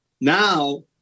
now